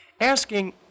Asking